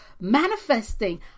manifesting